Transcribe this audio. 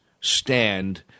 stand